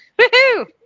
Woohoo